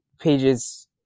pages